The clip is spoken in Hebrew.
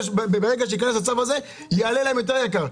ברגע שייכנס הצו הזה לתוקף יעלה להם יותר יקר.